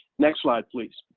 next slide, please.